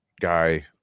guy